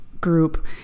group